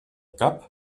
cap